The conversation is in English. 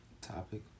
topic